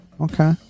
okay